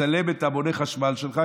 תצלם את מונה החשמל שלך,